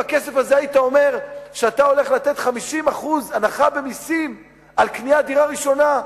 היית אומר שבכסף הזה אתה הולך לתת 50% הנחה במסים על קניית דירה ראשונה,